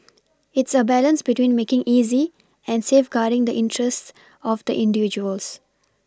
it's a balance between making easy and safeguarding the interests of the individuals